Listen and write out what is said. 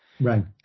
Right